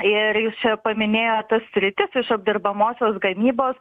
ir jūs jau paminėjot tas sritis iš apdirbamosios gamybos